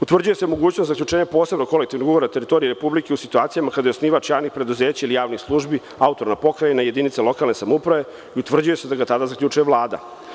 Utvrđuje se mogućnost zaključenja posebnog kolektivnog ugovora na teritoriji republike u situacijama kada je osnivač javnih preduzeća ili javnih služba AP ili jedinica lokalne samouprave, utvrđuje se da ga tada zaključuje Vlada.